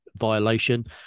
violation